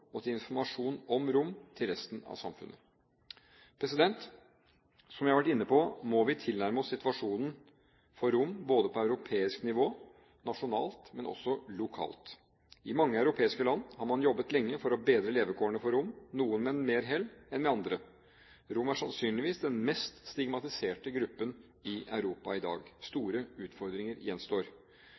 og til informasjon om romene til resten av samfunnet. Som jeg har vært inne på, må vi tilnærme oss situasjonen for romene både på europeisk nivå, nasjonalt og lokalt. I mange europeiske land har man jobbet lenge for å bedre levekårene for romene, noen med mer hell enn andre. Romfolket er sannsynligvis den mest stigmatiserte gruppen i Europa i dag. Store utfordringer gjenstår.